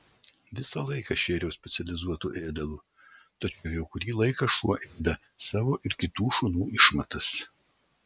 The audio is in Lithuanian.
visą laiką šėriau specializuotu ėdalu tačiau jau kurį laiką šuo ėda savo ir kitų šunų išmatas